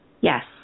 yes